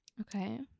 okay